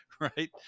Right